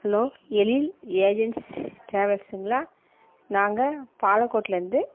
hello Ezhil agency டிராவல்ஸுங்ளா நாங்கள் பாலகோட்டுலேந்து